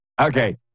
Okay